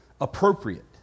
appropriate